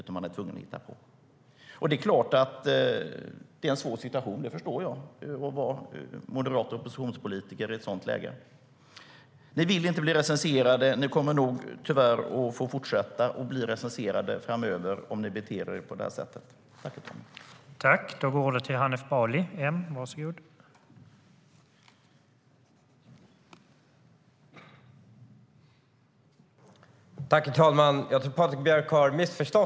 Det är klart att jag förstår att det är en svår situation att vara en moderat oppositionspolitiker i ett sådant läge.